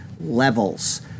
levels